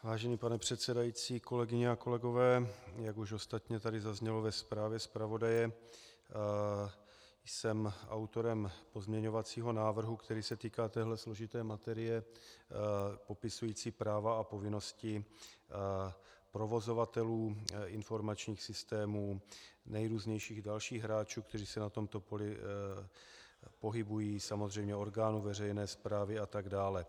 Vážený pane předsedající, kolegyně a kolegové, jak už ostatně tady zaznělo ve zprávě zpravodaje, jsem autorem pozměňovacího návrhu, který se týká téhle složité materie popisující práva a povinnosti provozovatelů informačních systémů, nejrůznějších dalších hráčů, kteří se na tomto poli pohybují, samozřejmě orgánů veřejné správy atd.